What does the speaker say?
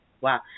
wow